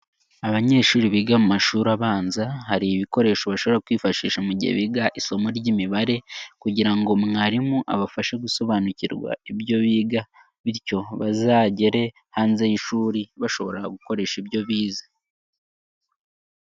Abanyeshuri biga mu mashuri abanza hari ibikoresho bashobora kwifashisha mu gihe biga isomo ry'imibare kugira ngo mwarimu abafashe gusobanukirwa ibyo biga bityo bazagere hanze y'ishuri bashobora gukoresha ibyo bize.